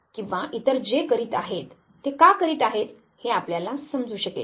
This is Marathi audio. किंवा इतर जे करीत आहेत ते का करीत आहेत हे आपल्याला समजू शकेल